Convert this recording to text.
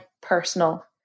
personal